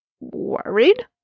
worried